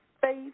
faith